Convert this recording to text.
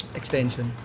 extension